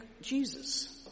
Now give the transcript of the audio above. Jesus